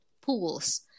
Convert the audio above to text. pools